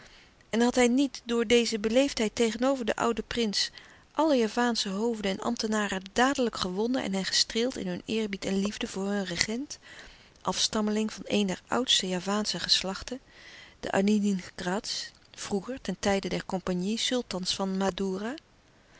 en had hij niet door deze beleefdheid tegenover den ouden prins alle javaansche hoofden en ambtenaren dadelijk gewonnen en hen gestreeld in hun eerbied en liefde voor hun regent afstammeling van een der oudste javaansche geslachten de adiningrats vroeger ten tijde der compagnie sultans van